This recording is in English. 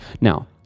Now